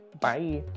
Bye